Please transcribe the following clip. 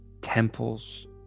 temples